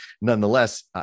nonetheless